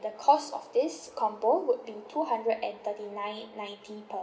the cost of this combo would be two hundred and thirty nine ninety per